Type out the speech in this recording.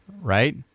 right